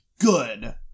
good